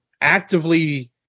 actively